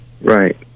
right